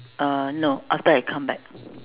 uh no after I come back